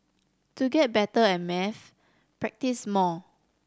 to get better at maths practise more